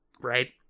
right